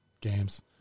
games